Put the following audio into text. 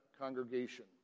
congregation